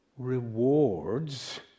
rewards